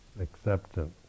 acceptance